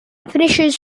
finishes